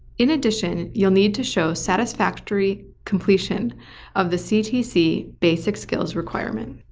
in addition you'll need to show satisfactory completion of the ctc basic skills requirement.